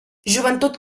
joventut